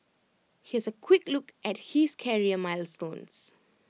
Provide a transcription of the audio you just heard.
here's A quick look at his career milestones